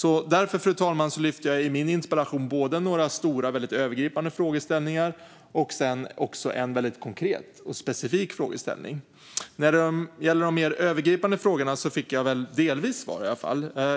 I min interpellation tar jag därför upp några stora och väldigt övergripande frågeställningar och även en konkret, specifik fråga. Vad gäller de mer övergripande frågorna fick jag delvis svar.